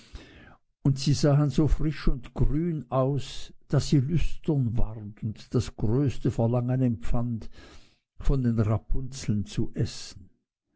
und sie sahen so frisch und grün aus daß sie lüstern ward und das größte verlangen empfand von den rapunzeln zu essen